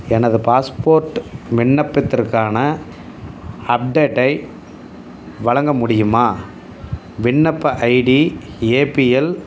எனது பாஸ்போர்ட் விண்ணப்பத்திற்கான அப்டேட்டை வழங்க முடியுமா விண்ணப்ப ஐடி ஏ பி எல்